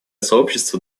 сообщество